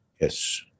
Yes